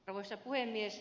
arvoisa puhemies